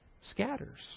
scatters